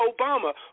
Obama